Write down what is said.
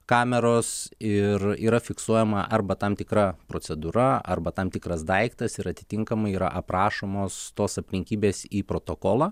kameros ir yra fiksuojama arba tam tikra procedūra arba tam tikras daiktas ir atitinkamai yra aprašomos tos aplinkybės į protokolą